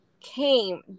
came